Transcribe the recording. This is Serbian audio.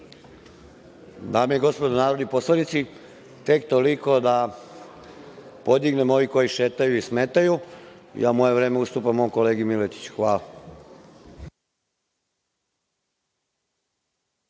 Dame i gospodo narodni poslanici, tek toliko da podignem ove koji šetaju i smetaju, ja moje vreme ustupam mom kolegi Miletiću. Hvala.